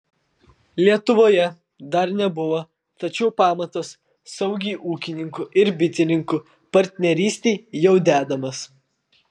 lietuvoje dar nebuvo tačiau pamatas saugiai ūkininkų ir bitininkų partnerystei jau dedamas